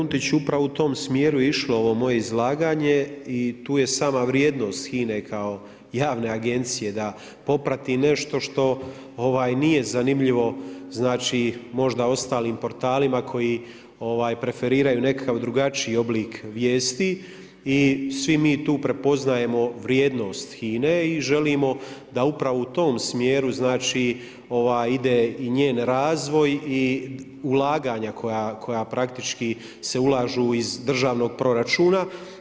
Pa kolega Runtić, upravo u tom smjeru je išlo ovo moje izlaganje i tu je sama vrijednost HINA-e kao javne agencije da poprati nešto što nije zanimljivo možda ostalim portalima koji preferiraju nekakav drugačiji oblik vijesti i svi mi tu prepoznajemo vrijednost HINA-e i želimo da upravo u tom smjeru ide i njen razvoj i ulaganja koja praktički se ulažu iz državnog proračuna.